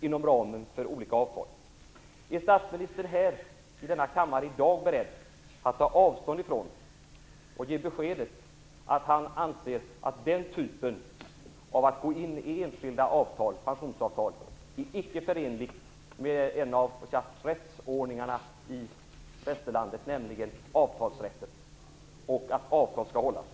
Är statsministern beredd att här i denna kammare i dag ta avstånd från detta och ge beskedet att han anser att den typen av handlande, att gå in i enskilda pensionsavtal, icke är förenligt med en av rättsordningarna i västerlandet, nämligen avtalsrätten, och att avtal skall hållas?